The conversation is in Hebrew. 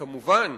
כמובן,